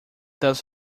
does